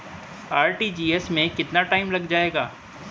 RTGS में कितना time लग जाएगा?